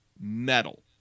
metal